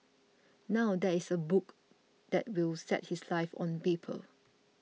now there is a book that will set his life on paper